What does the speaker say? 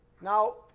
Now